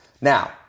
Now